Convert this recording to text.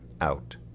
out